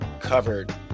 covered